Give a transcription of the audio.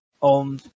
on